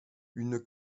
une